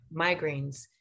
migraines